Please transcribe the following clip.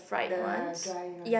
the dry one